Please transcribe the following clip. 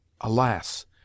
Alas